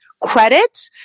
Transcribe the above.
credit